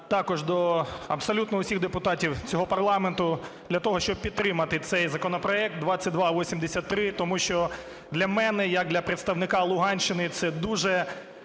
також до абсолютно усіх депутатів цього парламенту для того, щоб підтримати цей законопроект, 2283, тому що для мене як для представника Луганщини це дуже